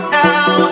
now